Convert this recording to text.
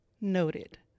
Noted